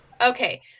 Okay